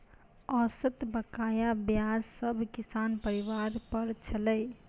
औसत बकाया ब्याज सब किसान परिवार पर छलै